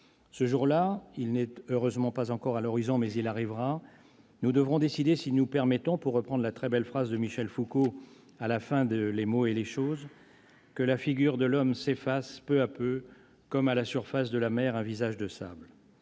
Ce jour-là- il n'est heureusement pas encore à l'horizon, mais il arrivera -, nous devrons décider si nous permettons, pour reprendre la très belle phrase de Michel Foucault à la fin des, que la figure de l'homme s'efface peu à peu, « comme à la limite de la mer un visage de sable